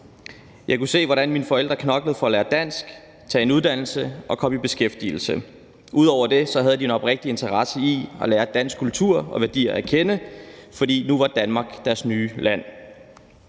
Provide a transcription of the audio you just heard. Jeg kunne se, hvordan mine forældre knoklede for at lære dansk, tage en uddannelse og komme i beskæftigelse. Ud over det havde de en oprigtig interesse i at lære dansk kultur og danske værdier at kende, for nu var Danmark deres nye land.